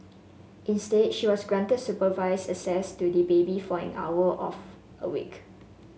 instead she was granted supervised access to the baby for an hour off a week